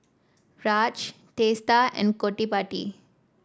Raj Teesta and Gottipati